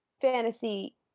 fantasy